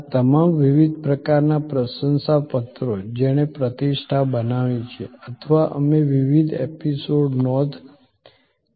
આ તમામ વિવિધ પ્રકારના પ્રશંસાપત્રો છે જેણે પ્રતિષ્ઠા બનાવી છે અથવા અમે વિવિધ એપિસોડ નોંધ કરી શકીએ છીએ